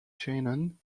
shannon